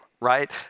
right